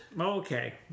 Okay